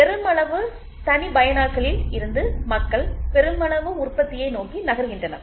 எனவே பெருமளவு தனிப்பயனாக்கலில் இருந்து மக்கள் பெருமளவு உற்பத்தியை நோக்கி நகர்கின்றனர்